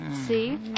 See